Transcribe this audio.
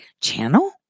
channel